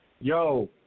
Yo